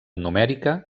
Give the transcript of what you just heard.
numèrica